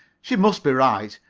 she must be right.